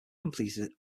completed